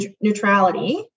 neutrality